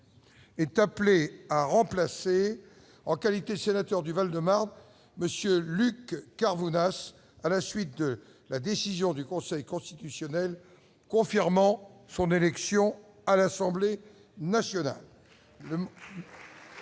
est appelé à remplacer en qualité de sénateur du Val-de-Marne monsieur Luc Carvounas, à la suite de la décision du Conseil constitutionnel, confirmant son élection à l'Assemblée nationale. Nous ne